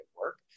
work